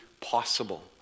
possible